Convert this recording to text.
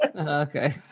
okay